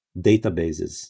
databases